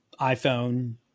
iPhone